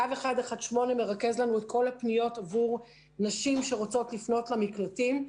קו 118 מרכז לנו את כל הפניות עבור נשים שרוצות לפנות למקלטים.